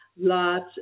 Lots